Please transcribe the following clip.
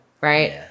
right